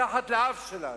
מתחת לאף שלנו.